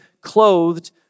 clothed